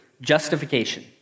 justification